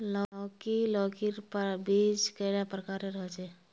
लौकी लौकीर बीज कैडा प्रकारेर होचे?